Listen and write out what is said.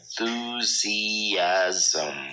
enthusiasm